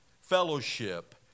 fellowship